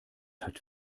hat